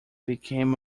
became